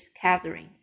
Catherine